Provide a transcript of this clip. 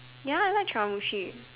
ya I like chawanmushi